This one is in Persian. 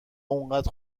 انقدر